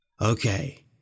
Okay